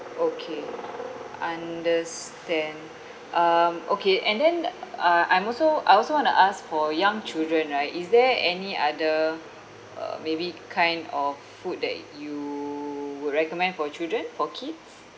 okay understand um okay and then uh I'm also I also want to ask for young children right is there any other uh maybe kind of food that you would recommend for children for kids